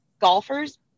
golfers